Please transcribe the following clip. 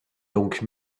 donc